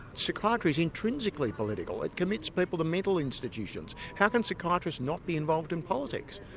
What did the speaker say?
psychiatry's intrinsically political, it commits people to mental institutions. how can psychiatrists not be involved in politics?